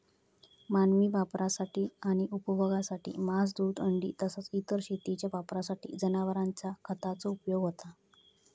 मानवी वापरासाठी आणि उपभोगासाठी मांस, दूध, अंडी तसाच इतर शेतीच्या वापरासाठी जनावरांचा खताचो उपयोग होता